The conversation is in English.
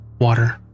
water